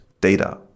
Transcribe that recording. data